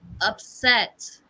upset